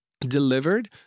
delivered